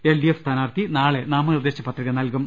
LDF സ്ഥാനാർത്ഥി നാളെ നാമനിർദേശ പത്രിക നൽകും